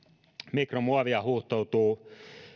mikromuovia huuhtoutuu